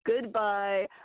goodbye